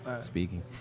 speaking